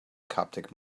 coptic